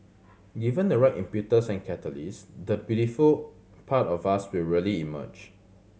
given the right impetus and catalyst the beautiful part of us will really emerge